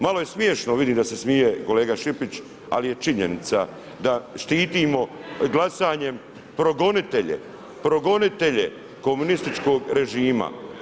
Malo je smiješno, vidim da se smije kolega Šipić ali je činjenica da štitimo glasanjem progonitelje, progonitelje komunističkog režima.